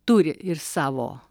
turi ir savo